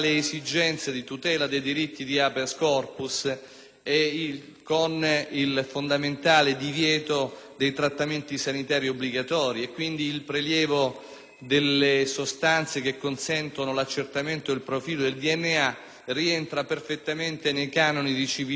ed il fondamentale divieto dei trattamenti sanitari obbligatori; pertanto il prelievo delle sostanze che consentono l'accertamento del profilo del DNA rientra perfettamente nei canoni di civiltà e soprattutto di tutela della dignità umana,